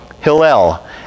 Hillel